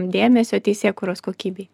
dėmesio teisėkūros kokybei